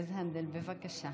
יועז הנדל, בבקשה.